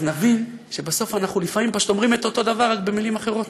אז נבין שבסוף אנחנו לפעמים פשוט אומרים את אותו דבר רק במילים אחרות.